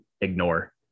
ignore